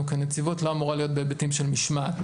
כאן כנציבות לא אמורה להיות בהיבטים של משמעת,